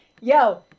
yo